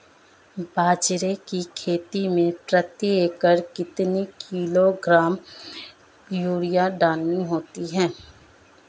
बाजरे की खेती में प्रति एकड़ कितने किलोग्राम यूरिया डालनी होती है?